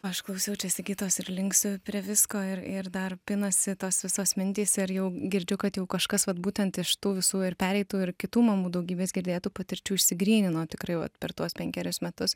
aš klausiau čia sigitos ir linksiu prie visko ir ir dar pinasi tos visos mintys ir jau girdžiu kad jau kažkas vat būtent iš tų visų ir pereitų ir kitų mamų daugybės girdėtų patirčių išsigrynino tikrai vat per tuos penkerius metus